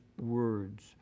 words